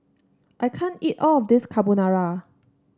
I can't eat all of this Carbonara